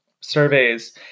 surveys